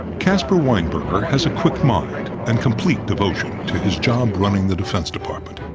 caspar weinberger has a quick mind and complete devotion to his job running the defense department.